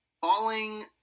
falling